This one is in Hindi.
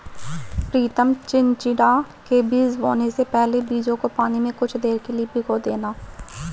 प्रितम चिचिण्डा के बीज बोने से पहले बीजों को पानी में कुछ देर के लिए भिगो देना